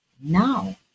now